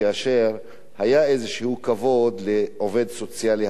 כאשר היה איזה כבוד לעובד סוציאלי,